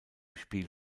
spiel